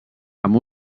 amb